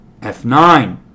F9